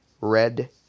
red